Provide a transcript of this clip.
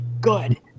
good